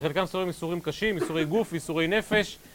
חלקם איסורים קשים, איסורי גוף, איסורי נפש